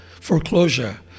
foreclosure